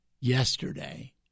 yesterday